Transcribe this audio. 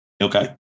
Okay